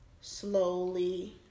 slowly